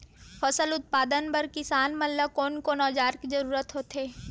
फसल उत्पादन बर किसान ला कोन कोन औजार के जरूरत होथे?